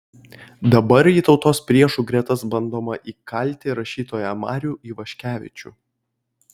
dabar į tautos priešų gretas bandoma įkalti rašytoją marių ivaškevičių